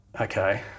okay